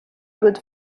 good